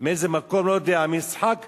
מאיזה מקום, לא יודע, "המשחק ממשיך,